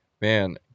man